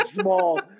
small